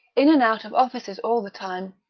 in and out of offices all the time,